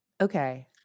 Okay